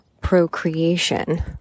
procreation